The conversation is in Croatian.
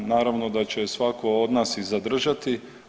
Naravno da će je svatko od nas i zadržati.